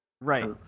Right